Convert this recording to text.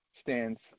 stands